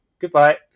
Goodbye